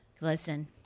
Listen